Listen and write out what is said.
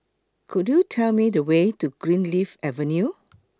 Could YOU Tell Me The Way to Greenleaf Avenue